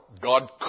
God